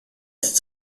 ist